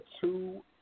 two